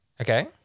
Okay